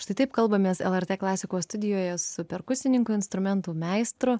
štai taip kalbamės lrt klasikos studijoje su perkusininku instrumentų meistru